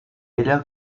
ella